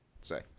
say